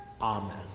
Amen